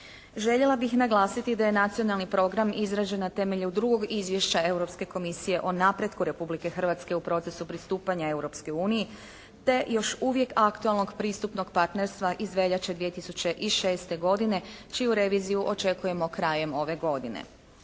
Željela bih naglasiti da je nacionalni program izrađen na temelju drugog izvješća Europske komisije o napretku Republike Hrvatske u procesu pristupanja Europskoj uniji te još uvijek aktualnog pristupnog partnerstva iz veljače 2006. godine čiju reviziju očekujemo krajem ove godine.